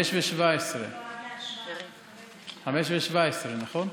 17:17. 17:17, נכון?